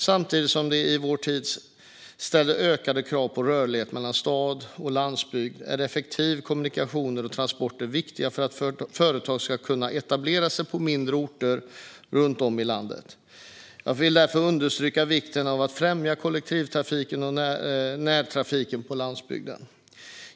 Samtidigt som det i vår tid ställs ökade krav på rörlighet mellan stad och landsbygd är effektiva kommunikationer och transporter viktiga för att företag ska kunna etablera sig på mindre orter runt om i landet. Jag vill därför understryka vikten av att främja kollektivtrafik och närtrafik på landsbygden.